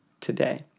today